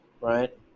right